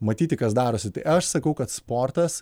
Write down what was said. matyti kas darosi tai aš sakau kad sportas